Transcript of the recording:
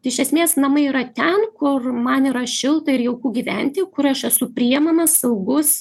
iš esmės namai yra ten kur man yra šilta ir jauku gyventi kur aš esu priėmamas saugus